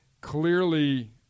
clearly